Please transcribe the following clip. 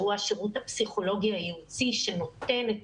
שהוא השירות הפסיכולוגי הייעוצי שנותן את